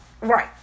Right